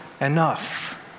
enough